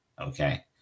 okay